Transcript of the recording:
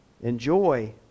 Enjoy